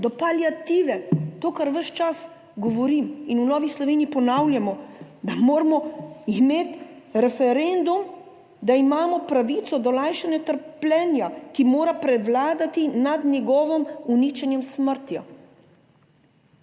do paliative, to kar ves čas govorim in v Novi Sloveniji ponavljamo, da moramo imeti referendum, da imamo pravico do olajšanja trpljenja, ki mora prevladati nad njegovim uničenjem, smrtjo.